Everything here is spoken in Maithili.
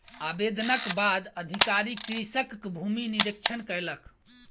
आवेदनक बाद अधिकारी कृषकक भूमि निरिक्षण कयलक